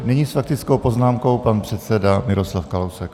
Nyní s faktickou poznámkou pan předseda Miroslav Kalousek.